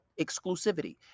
exclusivity